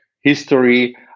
History